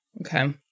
Okay